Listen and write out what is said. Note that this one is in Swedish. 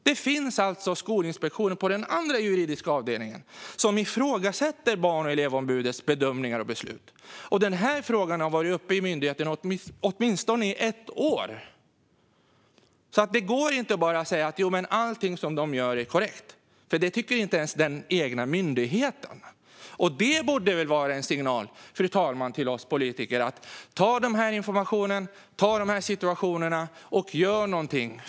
Det finns de på Skolinspektionen på den andra juridiska avdelningen som ifrågasätter Barn och elevombudets bedömningar och beslut. Den frågan har varit uppe i myndigheten i åtminstone ett år. Det går inte bara att säga: Allting som de gör är korrekt. Det tycker inte ens den egna myndigheten. Fru talman! Det borde vara en signal till oss politiker: Se till informationen och situationerna, och gör någonting.